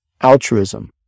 Altruism